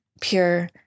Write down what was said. pure